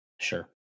Sure